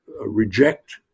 reject